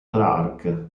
clarke